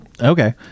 Okay